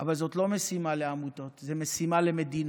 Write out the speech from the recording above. אבל זאת לא משימה לעמותות, זאת משימה למדינה.